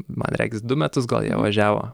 man regis du metus gal jie važiavo